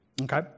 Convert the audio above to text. Okay